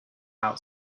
out